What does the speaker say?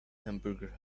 hamburger